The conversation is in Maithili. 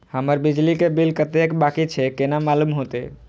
हमर बिजली के बिल कतेक बाकी छे केना मालूम होते?